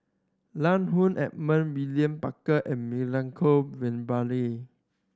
Lan Woo William Barker and Milenko